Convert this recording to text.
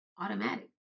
Automatic